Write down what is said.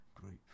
group